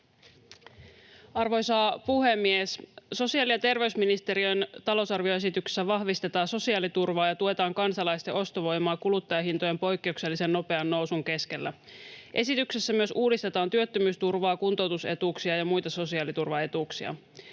Arvoisa puhemies! Sosiaali- ja terveysministeriön talousarvioesityksessä vahvistetaan sosiaaliturvaa ja tuetaan kansalaisten ostovoimaa kuluttajahintojen poikkeuksellisen nopean nousun keskellä. Esityksessä myös uudistetaan työttömyysturvaa, kuntoutusetuuksia ja muita sosiaaliturvaetuuksia.